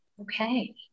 okay